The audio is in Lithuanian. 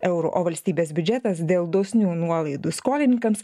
eurų o valstybės biudžetas dėl dosnių nuolaidų skolininkams